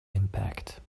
impact